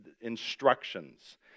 Instructions